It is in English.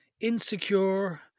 insecure